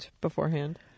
beforehand